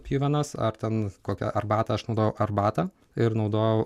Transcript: pjuvenas ar ten kokią arbatą aš naudojau arbatą ir naudojau